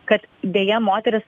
kad deja moterys